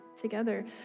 together